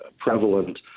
prevalent